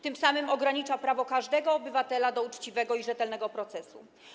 Tym samym ogranicza prawo każdego obywatela do uczciwego i rzetelnego procesu.